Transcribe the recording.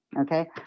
Okay